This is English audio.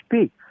speak